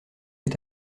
est